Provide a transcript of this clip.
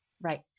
right